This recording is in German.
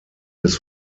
des